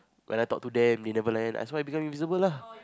when I talk to them they never learn that's why I become invisible lah